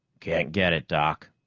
can't get it, doc.